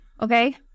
Okay